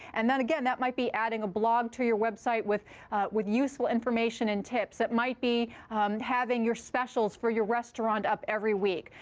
and again, that again, that might be adding a blog to your website with with useful information and tips. that might be having your specials for your restaurant up every week.